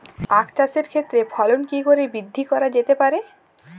আক চাষের ক্ষেত্রে ফলন কি করে বৃদ্ধি করা যেতে পারে?